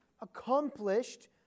accomplished